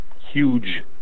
huge